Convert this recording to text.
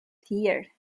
vier